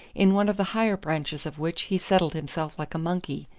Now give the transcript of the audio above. in one of the higher branches of which he settled himself like a monkey,